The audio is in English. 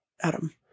Adam